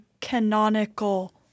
canonical